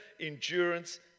endurance